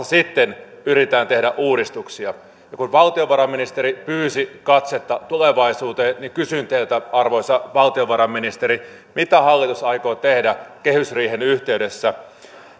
sitten yritetään tehdä uudistuksia kun valtiovarainministeri pyysi katsetta tulevaisuuteen niin kysyn teiltä arvoisa valtiovarainministeri mitä hallitus aikoo tehdä kehysriihen yhteydessä